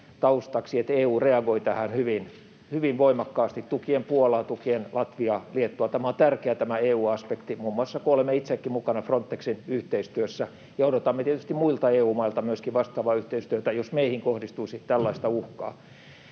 taustaksi, että EU reagoi tähän hyvin voimakkaasti tukien Puolaa, tukien Latviaa ja Liettuaa. Tämä EU-aspekti on tärkeä, muun muassa kun olemme itsekin mukana Fron-texin yhteistyössä, ja odotamme tietysti muilta EU-mailta myöskin vastaavaa yhteistyötä, jos meihin kohdistuisi tällaista uhkaa.